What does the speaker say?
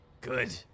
Good